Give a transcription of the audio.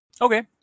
Okay